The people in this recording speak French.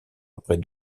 après